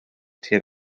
tuag